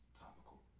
topical